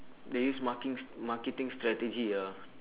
they use marking s~ marketing strategy ah